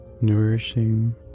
nourishing